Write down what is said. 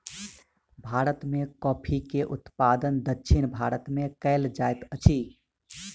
भारत में कॉफ़ी के उत्पादन दक्षिण भारत में कएल जाइत अछि